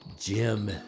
Jim